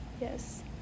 yes